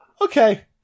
okay